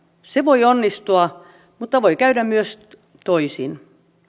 se voi onnistua mutta voi käydä myös toisin